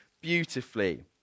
beautifully